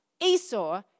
Esau